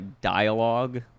dialogue